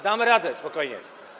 Dam radę, spokojnie.